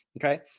okay